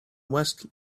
west